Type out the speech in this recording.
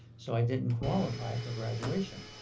so i didn't qualify for graduation.